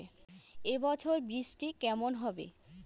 এবছর বৃষ্টি কেমন হবে?